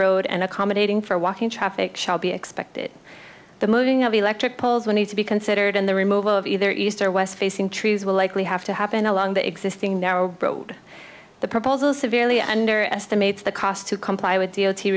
road and accommodating for walking traffic shall be expected the moving of electric poles would need to be considered and the removal of either east or west facing trees will likely have to happen along the existing narrow road the proposal severely underestimates the cost to comply with